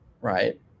right